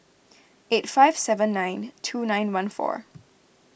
eight five seven nine two nine one four